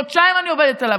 חודשיים אני עובדת עליו,